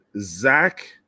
Zach